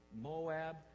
Moab